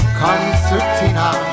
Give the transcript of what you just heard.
concertina